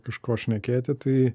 kažko šnekėti tai